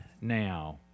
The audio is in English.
now